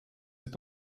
êtes